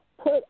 put